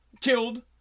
killed